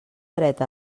dret